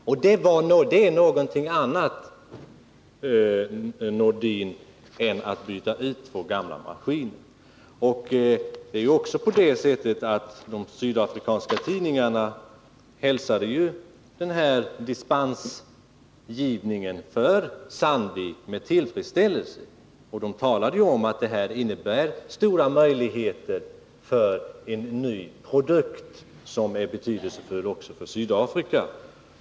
Det är, Sven-Erik Nordin, någonting annat än att byta ut två gamla maskiner. De sydafrikanska tidningarna hälsade också denna dispens för Sandvik med tillfredsställelse. De talade om att investeringen innebär stora möjligheter till en ny produkt som skulle vara betydelsefull också för Sydafrika.